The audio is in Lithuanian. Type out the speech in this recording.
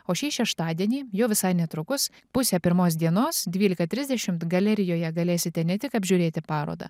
o šį šeštadienį jau visai netrukus pusę pirmos dienos dvylika trisdešimt galerijoje galėsite ne tik apžiūrėti parodą